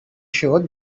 sure